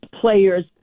players